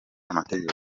amategeko